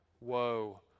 woe